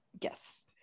yes